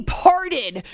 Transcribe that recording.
parted